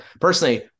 Personally